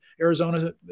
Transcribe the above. Arizona